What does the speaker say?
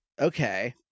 Okay